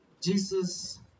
Jesus